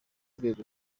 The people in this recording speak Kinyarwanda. rwego